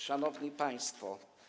Szanowni Państwo!